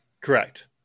Correct